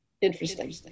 interesting